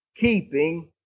keeping